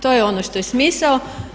To je ono što je smisao.